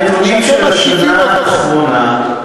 הנתונים של השנה האחרונה,